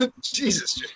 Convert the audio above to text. Jesus